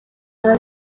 are